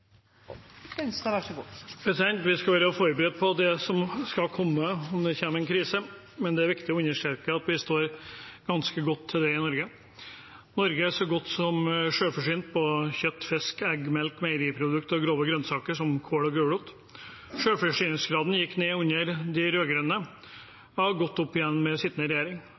som skal komme om det kommer en krise. Men det er viktig å understreke at vi står ganske godt i det i Norge. Norge er så godt som selvforsynt på kjøtt, fisk, egg, melk, meieriprodukter og grove grønnsaker som kål og gulrot. Selvforsyningsgraden gikk ned under de rød-grønne og har gått opp igjen med sittende regjering.